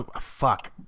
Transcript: fuck